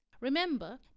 Remember